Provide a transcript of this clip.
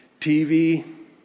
TV